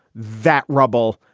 that rubble.